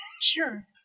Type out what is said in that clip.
Sure